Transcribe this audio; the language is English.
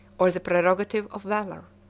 or the prerogative of valor.